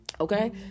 Okay